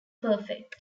perfect